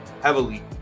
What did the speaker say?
heavily